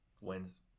wins